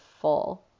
full